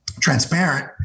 transparent